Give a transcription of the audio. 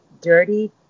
dirty